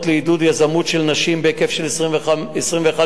לעידוד יזמות של נשים בהיקף של 21 מיליון,